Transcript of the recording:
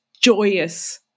joyous